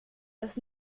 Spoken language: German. das